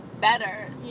better